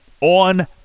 on